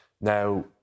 Now